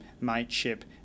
mateship